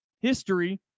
history